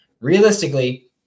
realistically